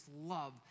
love